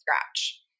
scratch